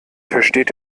versteht